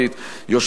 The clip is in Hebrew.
היושב-ראש,